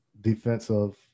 defensive